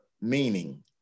meaning